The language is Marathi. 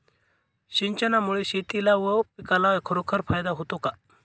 सिंचनामुळे शेतीला व पिकाला खरोखर फायदा होतो का?